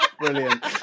Brilliant